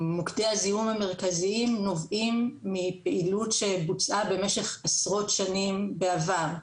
מוקדי הזיהום המרכזיים נובעים מפעילות שבוצעה במשך עשרות שנים בעבר,